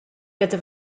gyda